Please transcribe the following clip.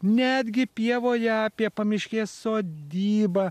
netgi pievoje apie pamiškės sodybą